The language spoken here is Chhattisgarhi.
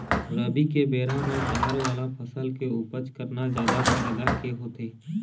रबी के बेरा म दार वाला फसल के उपज करना जादा फायदा के होथे